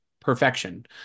perfection